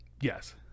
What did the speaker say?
Yes